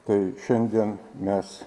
tai šiandien mes